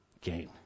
gain